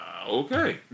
Okay